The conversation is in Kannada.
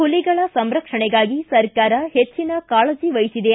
ಹುಲಿಗಳ ಸಂರಕ್ಷಣೆಗಾಗಿ ಸರ್ಕಾರ ಹೆಚ್ಚನ ಕಾಳಜಿ ವಹಿಸಿದೆ